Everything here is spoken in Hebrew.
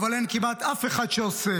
אבל אין כמעט אף אחד שעושה,